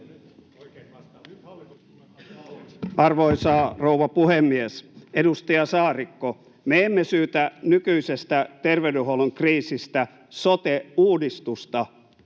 Arvoisa rouva puhemies! Edustaja Saarikko, me emme syytä nykyisestä terveydenhuollon kriisistä sote-uudistusta,